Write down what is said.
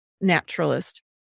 naturalist